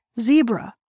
Zebra